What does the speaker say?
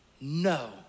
no